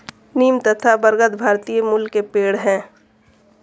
नीम तथा बरगद भारतीय मूल के पेड है